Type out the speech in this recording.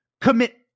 commit